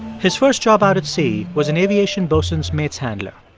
his first job out at sea was an aviation boatswain's mates handler